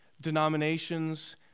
denominations